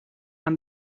aan